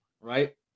Right